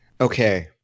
Okay